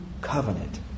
covenant